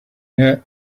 yet